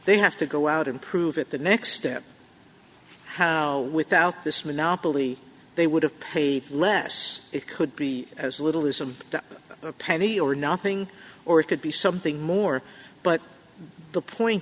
they have to go out and prove it the next step how without this monopoly they would have paid less it could be as little as a penny or nothing or it could be something more but the point